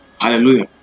Hallelujah